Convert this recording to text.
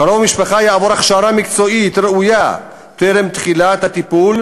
קרוב משפחה יעבור הכשרה מקצועית ראויה טרם תחילת הטיפול,